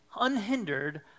unhindered